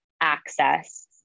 access